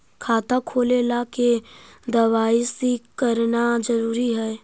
खाता खोले ला के दवाई सी करना जरूरी है?